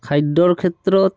খাদ্যৰ ক্ষেত্ৰত